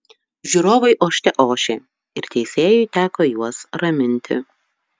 žiūrovai ošte ošė ir teisėjui teko juos raminti